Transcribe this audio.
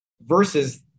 versus